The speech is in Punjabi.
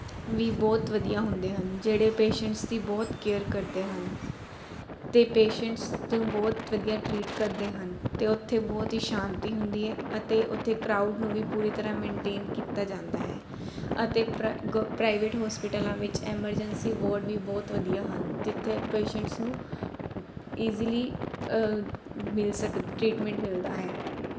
ਵੀ ਬਹੁਤ ਵਧੀਆ ਹੁੰਦੇ ਹਨ ਜਿਹੜੇ ਪੇਸ਼ੈਂਟਸ ਦੀ ਬਹੁਤ ਕੇਅਰ ਕਰਦੇ ਹਨ ਅਤੇ ਪੇਸ਼ੈਂਟਸ ਨੂੰ ਬਹੁਤ ਵਧੀਆ ਟਰੀਟ ਕਰਦੇ ਹਨ ਅਤੇ ਉੱਥੇ ਬਹੁਤ ਹੀ ਸ਼ਾਂਤੀ ਹੁੰਦੀ ਹੈ ਅਤੇ ਉੱਥੇ ਕਰਾਊਡ ਨੂੰ ਵੀ ਪੂਰੀ ਤਰ੍ਹਾਂ ਮੇਨਟੇਨ ਕੀਤਾ ਜਾਂਦਾ ਹੈ ਅਤੇ ਪ੍ਰਾ ਗ ਪ੍ਰਾਈਵੇਟ ਹੋਸਪਿਟਲਾਂ ਵਿੱਚ ਐਮਰਜੈਂਸੀ ਵਾਰਡ ਵੀ ਬਹੁਤ ਵਧੀਆ ਹਨ ਜਿੱਥੇ ਪੇਸ਼ੈਂਟਸ ਨੂੰ ਈਜ਼ੀਲੀ ਮਿਲ ਸਕ ਟਰੀਟਮੈਂਟ ਮਿਲਦਾ ਹੈ